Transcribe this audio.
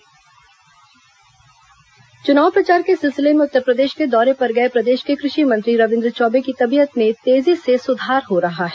रविन्द्र चौबे स्वास्थ्य सुधार चुनाव प्रचार के सिलसिले में उत्तरप्रदेश के दौरे पर गए प्रदेश के कृषि मंत्री रविन्द्र चौबे की तबीयत में तेजी से सुधार हो रहा है